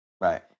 Right